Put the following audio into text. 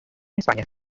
españa